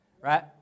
Right